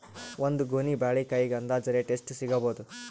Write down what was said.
ಒಂದ್ ಗೊನಿ ಬಾಳೆಕಾಯಿಗ ಅಂದಾಜ ರೇಟ್ ಎಷ್ಟು ಸಿಗಬೋದ?